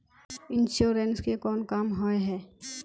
Insurance के कोन काम होय है?